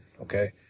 okay